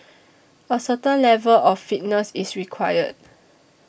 a certain level of fitness is required